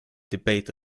debate